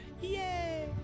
Yay